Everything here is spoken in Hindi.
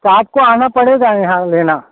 तो आपको आना पड़ेगा यहाँ लेने